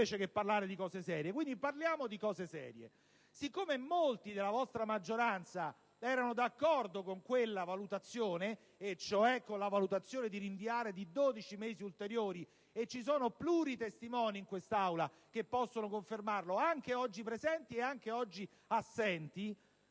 invece che parlare di cose serie. Quindi, parliamo di cose serie. Siccome molti della vostra maggioranza erano d'accordo con quella valutazione, cioè di rinviare di 12 mesi ulteriori, e ci sono pluri-testimoni in quest'Aula che possono confermarlo, anche oggi presenti e anche oggi assenti,